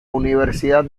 universidad